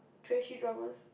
trashy dramas